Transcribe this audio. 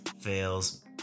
fails